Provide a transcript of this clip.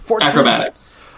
Acrobatics